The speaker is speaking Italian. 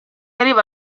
arriva